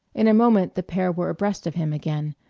in a moment the pair were abreast of him again,